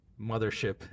mothership